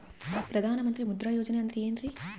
ಪ್ರಧಾನ ಮಂತ್ರಿ ಮುದ್ರಾ ಯೋಜನೆ ಅಂದ್ರೆ ಏನ್ರಿ?